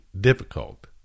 difficult